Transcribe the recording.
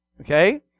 Okay